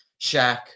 Shaq